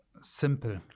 simple